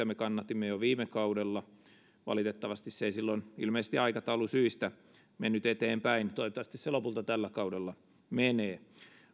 me kannatimme jo viime kaudella valitettavasti se ei silloin ilmeisesti aikataulusyistä mennyt eteenpäin toivottavasti se lopulta tällä kaudella menee